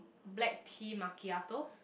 Black tea macchiato